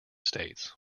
states